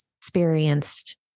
experienced